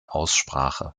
aussprache